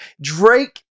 Drake